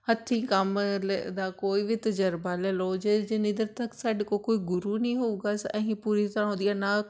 ਹੱਥੀਂ ਕੰਮ ਲ ਦਾ ਕੋਈ ਵੀ ਤਜਰਬਾ ਲੈ ਲਓ ਜੇ ਜਿੰਨੀ ਦੇਰ ਤੱਕ ਸਾਡੇ ਕੋਲ ਕੋਈ ਗੁਰੂ ਨਹੀਂ ਹੋਊਗਾ ਅਸ ਅਸੀਂ ਪੂਰੀ ਤਰ੍ਹਾਂ ਉਹਦੀਆਂ ਨਾ